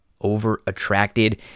Over-attracted